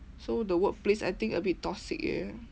so the workplace I think a bit toxic eh